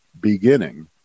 beginning